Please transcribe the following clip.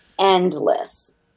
endless